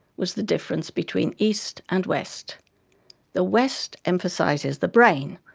was the difference between east and west the west emphasizes the brain,